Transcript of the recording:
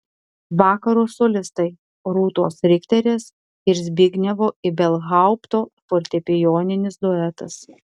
vakaro solistai rūtos rikterės ir zbignevo ibelhaupto fortepijoninis duetas